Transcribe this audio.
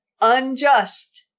unjust